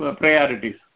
priorities